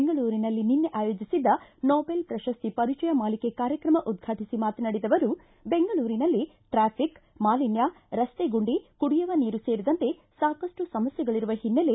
ಬೆಂಗಳೂರಿನಲ್ಲಿ ನಿನ್ನೆ ಆಯೋಜಿಸಿದ್ದ ನೋಬೆಲ್ ಪ್ರಶಸ್ತಿ ಪರಿಚಯ ಮಾಲಿಕೆ ಕಾರ್ಯಕ್ರಮ ಉದ್ಘಾಟಿಸಿ ಮಾತನಾಡಿದ ಅವರು ಬೆಂಗಳೂರಿನಲ್ಲಿ ಟ್ರಾಫಿಕ್ ಮಾಲಿನ್ಯ ರಸ್ತೆ ಗುಂಡಿ ಕುಡಿಯುವ ನೀರು ಸೇರಿದಂತೆ ಸಾಕಷ್ಟು ಸಮಸ್ಥೆಗಳರುವ ಹಿನ್ನೆಲೆ